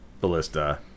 ballista